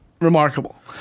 remarkable